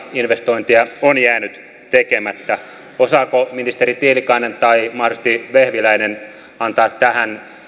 investointeja on jäänyt tekemättä osaako ministeri tiilikainen tai mahdollisesti ministeri vehviläinen antaa tähän